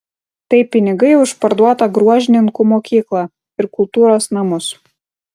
tai pinigai už parduotą gruožninkų mokyklą ir kultūros namus